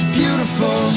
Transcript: beautiful